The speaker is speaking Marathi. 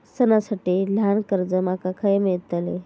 सणांसाठी ल्हान कर्जा माका खय मेळतली?